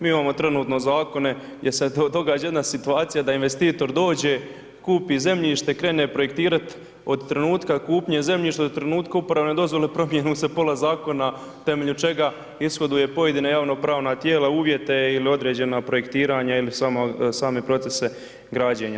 Mi imamo trenutno zakone jer se događa jedna situacija da investitor dođe, kupi zemljište, krene projektirat, od trenutka kupnje zemljišta do trenutka uporabne dozvole promijeni mu se pola zakona temelju čega ishoduje pojedina javnopravna tijela uvjete ili određena projektiranja ili samo, same procese građenja.